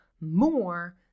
more